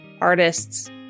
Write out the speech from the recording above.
artists